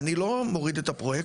אני לא מוריד את הפרויקטורים.